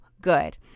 good